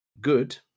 Good